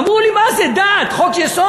אמרו לי: מה זה, דת, חוק-יסוד.